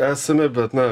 esame bet na